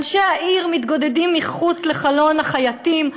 אנשי העיר מתגודדים מחוץ לחלון החייטים,